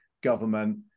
government